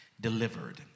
delivered